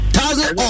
Thousand